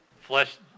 flesh